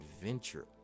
adventure